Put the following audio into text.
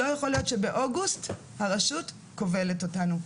לא יכול להיות שבאוגוסט הרשות כובלת אותנו.